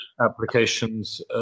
applications